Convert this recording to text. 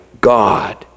God